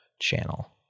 channel